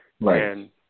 Right